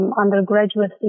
undergraduate